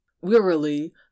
Wearily